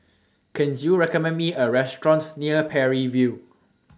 Can YOU recommend Me A Restaurant near Parry View